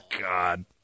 god